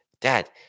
Dad